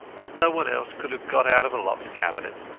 as no one else could get out of a locked cabinet.